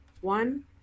one